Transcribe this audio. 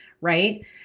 Right